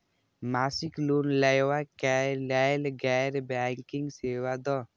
मासिक लोन लैवा कै लैल गैर बैंकिंग सेवा द?